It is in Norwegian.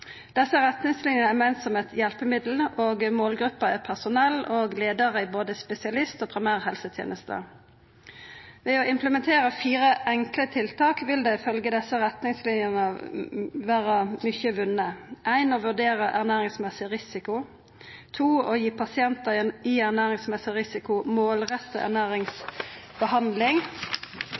Desse retningslinjene er meint som eit hjelpemiddel, og målgruppa er personell og leiarar i både spesialisthelsetenesta og primærhelsetenesta. Ifølgje retningslinjene vil mykje verta vunne ved å implementera fire enkle tiltak: «1. Å vurdere ernæringsmessig risiko 2. Å gi personer i ernæringsmessig risiko målrettet ernæringsbehandling 3. Å dokumentere ernæringsstatus og -tiltak i